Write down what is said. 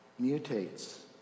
mutates